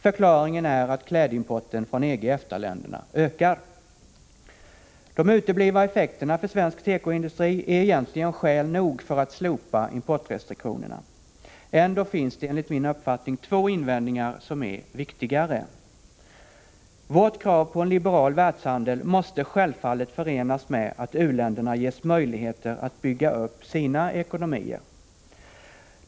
Förklaringen är att klädimporten från EG och EFTA-länderna ökar. De uteblivna effekterna för svensk tekoindustri är egentligen skäl nog för att slopa importrestriktionerna. Ändå finns enligt min uppfattning två invändningar som är viktigare. Vårt krav på en liberal världshandel måste självfallet förenas med att u-länderna ges möjligheter att bygga upp sina ekonomier.